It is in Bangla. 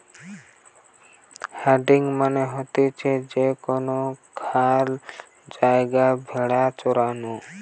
হার্ডিং মানে হতিছে যে কোনো খ্যালা জায়গায় ভেড়া চরানো